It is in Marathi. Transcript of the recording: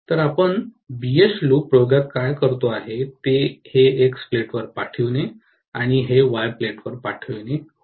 तर आपण बीएच लूप प्रयोगात काय करतो ते हे X प्लेटवर पाठविणे आणि हे Y प्लेटवर पाठविणे होय